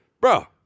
Bro